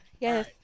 Yes